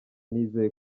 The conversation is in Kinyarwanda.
nizeye